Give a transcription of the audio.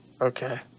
Okay